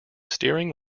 steering